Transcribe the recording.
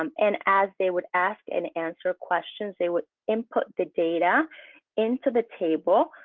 um and as they would ask and answer questions, they would input the data into the table,